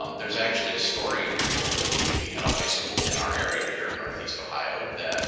um there's actually a story here locally. we had a high school in our area here in northeast ohio that